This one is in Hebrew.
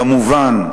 כמובן,